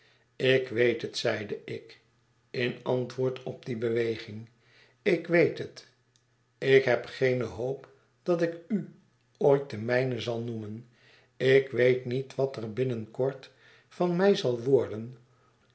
ik weet het zeide ik in antwoord op die beweging ik weet het ik heb geene hoop dat ik u ooit de mijne zal noemen ik weet niet wat er binnen kort van mij zal worden